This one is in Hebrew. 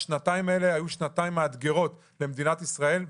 השנתיים האלה היו שנתיים מאתגרות למדינת ישראל,